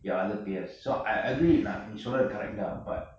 your other peers so I agree uh uh நீ சொல்ரது:nee solrathu correct தான்:thaan but